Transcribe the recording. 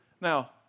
Now